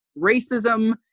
racism